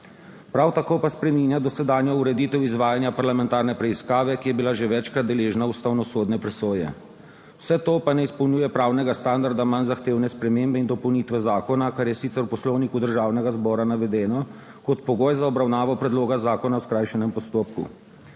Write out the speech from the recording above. Prav tako pa spreminja dosedanjo ureditev izvajanja parlamentarne preiskave, ki je bila že večkrat deležna ustavnosodne presoje. Vse to pa ne izpolnjuje pravnega standarda manj zahtevne spremembe in dopolnitve zakona, kar je sicer v Poslovniku Državnega zbora navedeno kot pogoj za obravnavo predloga zakona po skrajšanem postopku.